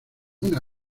una